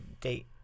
date